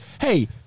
hey